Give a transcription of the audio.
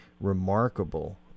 remarkable